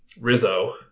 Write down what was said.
Rizzo